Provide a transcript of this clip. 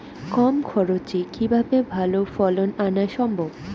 কম খরচে কিভাবে ভালো ফলন আনা সম্ভব?